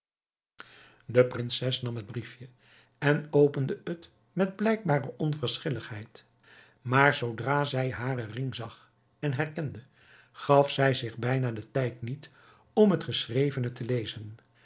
de prinses nam het briefje en opende het met blijkbare onverschilligheid maar zoodra zij haren ring zag en herkende gaf zij zich bijna den tijd niet om het geschrevene te lezen